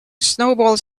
snowballs